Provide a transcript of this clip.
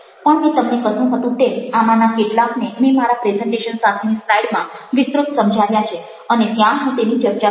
પણ મેં તમને કહ્યું હતું તેમ આમાંના કેટલાકને મેં મારા પ્રેઝન્ટેશન સાથેની સ્લાઈડમાં વિસ્તૃત સમજાવ્યા છે અને ત્યાં હું તેની ચર્ચા કરીશ